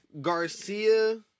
Garcia